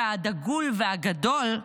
הדגול והגדול,